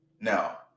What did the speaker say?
Now